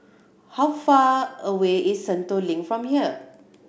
how far away is Sentul Link from here